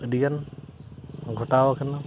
ᱟᱹᱰᱤ ᱜᱟᱱ ᱜᱷᱚᱴᱟᱣ ᱠᱟᱱᱟ